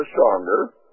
stronger